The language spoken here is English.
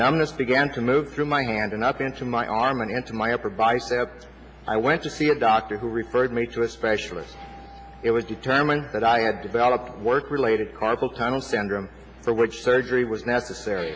numbness began to move through my hand and up into my arm and into my upper bicep i went to see a doctor who referred me to a specialist it was determined that i had developed work related carpal tunnel syndrome for which surgery was necessary